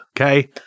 okay